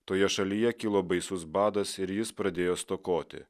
toje šalyje kilo baisus badas ir jis pradėjo stokoti